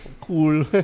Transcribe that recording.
Cool